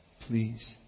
Please